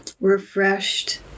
refreshed